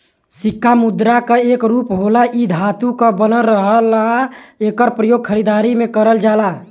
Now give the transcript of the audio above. सिक्का मुद्रा क एक रूप होला इ धातु क बनल रहला एकर प्रयोग खरीदारी में करल जाला